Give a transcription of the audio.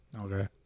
Okay